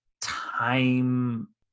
time